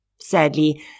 Sadly